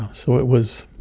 so it was